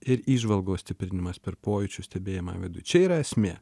ir įžvalgos stiprinimas per pojūčių stebėjimą viduj čia yra esmė